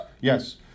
Yes